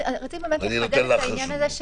רציתי לחדד את העניין הזה,